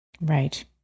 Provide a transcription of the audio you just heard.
Right